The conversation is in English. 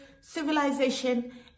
civilization